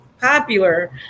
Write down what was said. popular